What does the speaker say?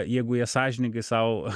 jeigu jie sąžiningai sau